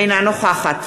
אינה נוכחת